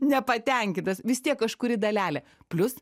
nepatenkintas vis tiek kažkuri dalelė plius